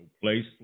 Place